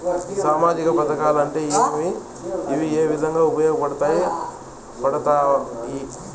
సామాజిక పథకాలు అంటే ఏమి? ఇవి ఏ విధంగా ఉపయోగపడతాయి పడతాయి?